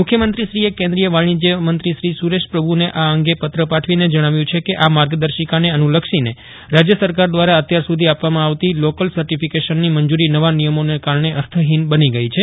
મુખ્યમંત્રીશ્રીએ કેન્દ્રીય વાજ્ઞિજય મંત્રીશ્રી સુરેશ પ્રભુને આ અંગે પત્ર પાઠવીને જજ્ઞાવ્યું છે કે આ માર્ગદર્શીકાને અનુલક્ષીને રાજય સરકાર દ્વારા અત્યારસુધી આપવામાં આવતી લોકલ સર્ટીફીકેશનની મંજુરી નવા નિયમોને કારફો અર્થહિન બની ગઈ છે